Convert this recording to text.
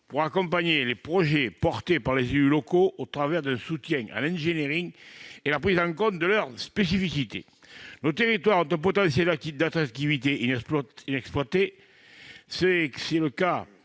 pour accompagner les projets portés par les élus locaux, au travers d'un soutien en ingénierie et de la prise en compte de leurs spécificités. Nos territoires ont un potentiel d'attractivité inexploité. Tel est le cas